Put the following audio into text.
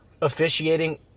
officiating